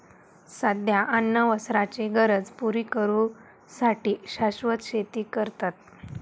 सध्या अन्न वस्त्राचे गरज पुरी करू साठी शाश्वत शेती करतत